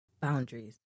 boundaries